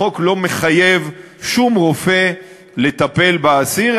החוק לא מחייב שום רופא לטפל באסיר,